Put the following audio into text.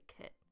kit